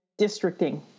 districting